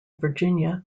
virginia